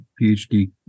phd